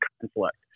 conflict